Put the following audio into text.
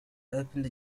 opened